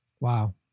Wow